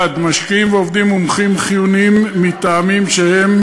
1. משקיעים ועובדים מומחים חיוניים מטעמם שהם